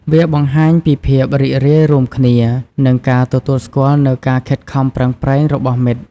វាបង្ហាញពីភាពរីករាយរួមគ្នា និងការទទួលស្គាល់នូវការខិតខំប្រឹងប្រែងរបស់មិត្ត។